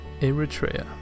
Eritrea